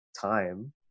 time